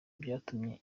vyatumye